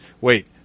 wait